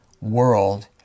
world